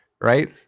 right